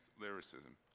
lyricism